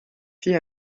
fille